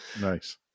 Nice